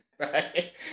Right